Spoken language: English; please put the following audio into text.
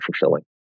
fulfilling